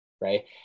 right